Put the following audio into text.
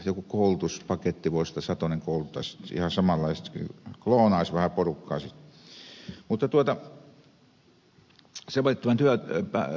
joku koulutuspaketti voisi olla että satonen kouluttaisi ihan samanlaiseksi kloonaisi vähän porukkaa sitten